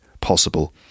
possible